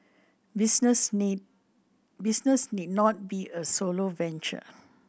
business need business need not be a solo venture